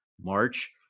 March